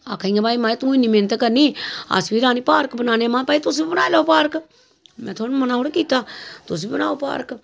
आखादियां भाई तूं इन्नी मैंह्नत करनी अस बी रानी पार्क बनान्ने आं महा तुस बी बनाई लैओ पार्क में थोआनू मनां थोड़ी कीता तुस बी बनाओ पार्क